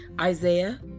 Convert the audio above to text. Isaiah